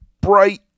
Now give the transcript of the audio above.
bright